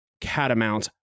catamount